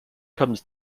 comes